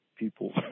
people